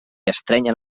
estrenyen